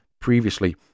Previously